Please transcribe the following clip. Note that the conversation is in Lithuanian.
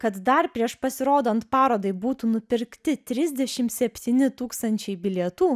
kad dar prieš pasirodant parodai būtų nupirkti trisdešim septyni tūkstančiai bilietų